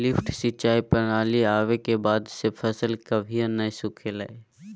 lift सिंचाई प्रणाली आवे के बाद से फसल कभियो नय सुखलय हई